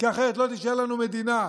כי אחרת לא תישאר לנו מדינה.